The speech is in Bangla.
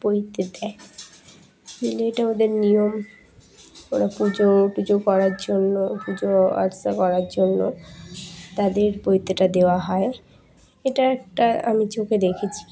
পইতে দেয় যে এটা ওদের নিয়ম ওরা পুজো পুজো করার জন্য পুজো আর্চা করার জন্য তাদের পইতেটা দেওয়া হয় এটা একটা আমি চোখে দেখেছি